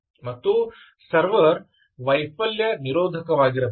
ಮತ್ತು ಸರ್ವರ್ ವೈಫಲ್ಯ ನಿರೋಧಕವಾಗಿರಬೇಕು